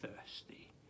thirsty